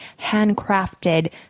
handcrafted